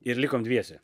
ir likom dviese